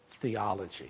theology